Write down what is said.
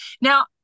Now